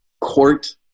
Court